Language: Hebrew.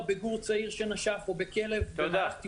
בגור צעיר שנשך או בכלב במהלך טיפול רפואי.